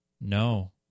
No